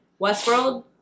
westworld